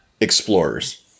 Explorers